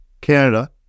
Canada